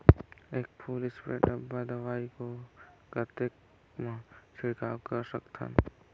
एक full spray डब्बा दवाई को कतेक म छिड़काव कर सकथन?